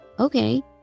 Okay